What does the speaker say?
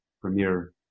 premier